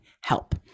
help